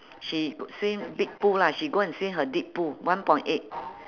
she g~ swim big pool lah she go and swim her deep pool one point eight